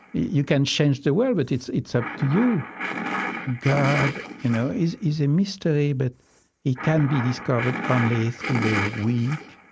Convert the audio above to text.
you can change the world, but it's it's up to you. god you know is is a mystery, but he can be discovered only through the weak,